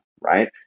right